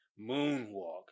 moonwalk